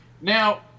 now